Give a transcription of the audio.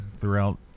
throughout